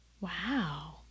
Wow